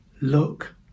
look